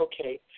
okay